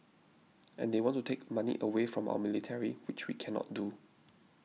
and they want to take money away from our military which we cannot do